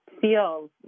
feels